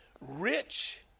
Rich